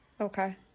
Okay